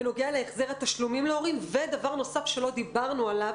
בנוגע להחזר התשלומים להורים ודבר נוסף שלא דיברנו עליו